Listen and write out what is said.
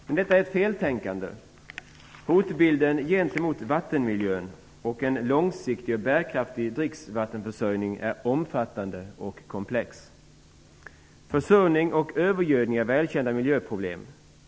Men detta är ett feltänkande. Hotbilden gentemot vattenmiljön och en långsiktig och bärkraftig dricksvattenförsörjning är omfattande och komplex. Försurning och övergödning är välkända miljöproblem.